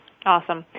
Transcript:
Awesome